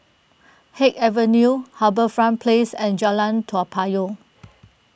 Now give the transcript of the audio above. Haig Avenue HarbourFront Place and Jalan Toa Payoh